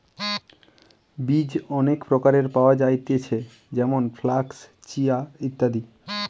বীজ অনেক প্রকারের পাওয়া যায়তিছে যেমন ফ্লাক্স, চিয়া, ইত্যাদি